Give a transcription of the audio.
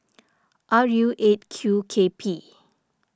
R U eight Q K P